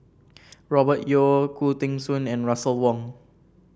Robert Yeo Khoo Teng Soon and Russel Wong